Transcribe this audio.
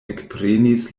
ekprenis